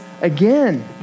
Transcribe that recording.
again